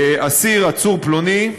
אסיר, עצור פלוני,